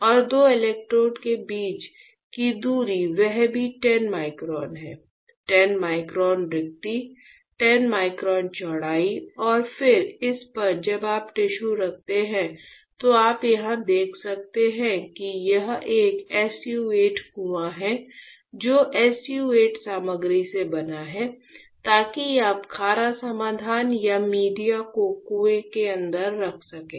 और दो इलेक्ट्रोड के बीच की दूरी वह भी 10 माइक्रोन है 10 माइक्रोन रिक्ति 10 माइक्रोन चौड़ाई और फिर इस पर जब आप टिश्यू रखते हैं तो आप यहां देख सकते हैं कि यह एक SU 8 कुआं है जो SU 8 सामग्री से बना है ताकि आप खारा समाधान या मीडिया को कुएं के अंदर रख सकें